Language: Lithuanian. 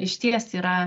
išties yra